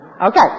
Okay